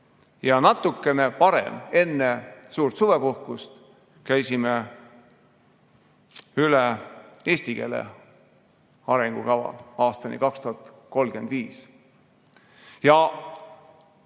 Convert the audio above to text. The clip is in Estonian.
Ja natukene varem, enne suurt suvepuhkust käisime üle eesti keele arengukava aastani 2035.